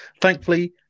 Thankfully